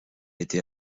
été